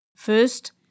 First